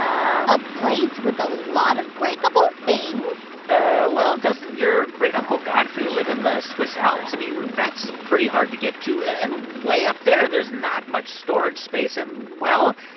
um a place with a lot of breakable things well, doesn't your great-uncle godfrey live in the swiss alps? i mean, that's pretty hard to get to. and and way up there, there's not much storage space. and, well,